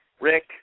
Rick